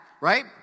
Right